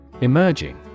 Emerging